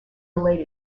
relate